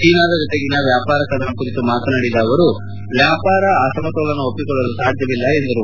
ಚೀನಾದ ಜೊತೆಗಿನ ವ್ಯಾಪಾರ ಕದನದ ಕುರಿತು ಮಾತನಾಡಿದ ಅವರು ವ್ಯಾಪಾರ ಅಸಮತೋಲನ ಒಪ್ಪಿಕೊಳ್ಳಲು ಸಾಧ್ಯವಿಲ್ಲ ಎಂದರು